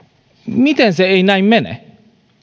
miten se ei näin mene